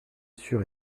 sûr